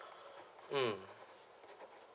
mm